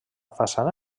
façana